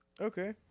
Okay